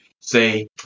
say